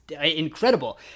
incredible